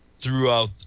throughout